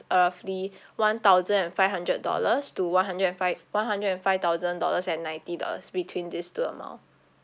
roughly one thousand and five hundred dollars to one hundred and five one hundred and five thousand dollars and ninety dollars between these two amount